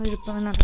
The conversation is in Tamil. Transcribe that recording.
இருப்போங்ண்ணா